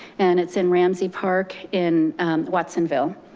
and it's in ramsey park in watsonville.